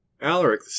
Alaric